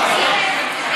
יש פה שניים,